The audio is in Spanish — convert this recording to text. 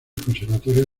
conservatorio